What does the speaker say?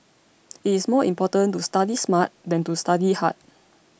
it is more important to study smart than to study hard